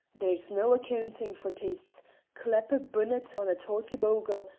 there's no accoontin' for tastes clap a bunnet on a tawtie-bogle,